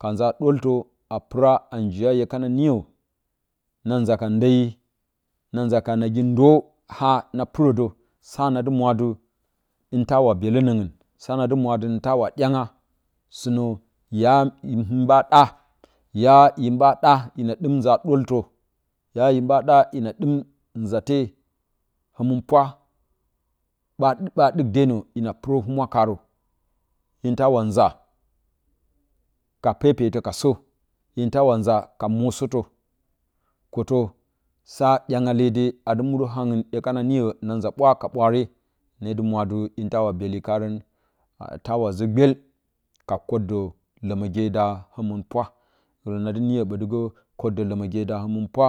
ka nza dəltə a pura a njiya hueka naniyə na nza ka deiyi na nza ka nagi də ha na purə də sa nadi mwadɨ hitawa byelə noungn sanadɨ mwadɨ hɨn tawa dyaneya sɨnə ya hɨn ɓa ɗa ya hin ɓa ɗa na dɨm nzate həmɨnpwa ba dkdenə hina purəhumwa karə ba dukdenə hina purəhumwa karə hintawa uza ka pepetə ka sə hin tawa uza ka mosətə kətə sa dyangyalede a dɨ mudə haungu yakananiyə na nza bwa ka ɓwaare radɨ mwa tɨ hin tawa byeli karən tawa zə gbel ka kaddə ləməge da həmɨn pura hii radɨ niyə bətigə kedə loməge da nəmin ena.